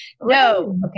No